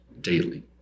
daily